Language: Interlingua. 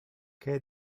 que